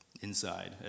inside